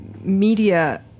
media